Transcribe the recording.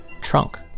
trunk